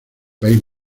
país